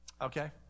Okay